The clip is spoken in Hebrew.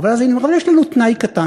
אבל אז היינו אומרים: אבל יש לנו תנאי קטן,